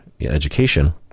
education